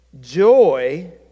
joy